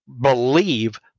believe